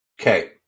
Okay